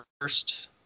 first